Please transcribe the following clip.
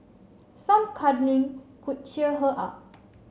some cuddling could cheer her up